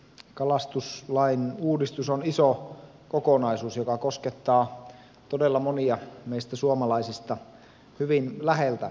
kalastuslain uudistus on iso kokonaisuus joka koskettaa todella monia meistä suomalaisista hyvin läheltä